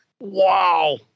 Wow